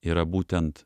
yra būtent